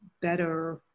better